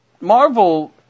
Marvel